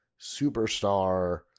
superstar